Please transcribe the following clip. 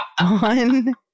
on